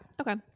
Okay